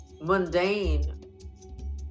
mundane